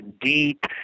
deep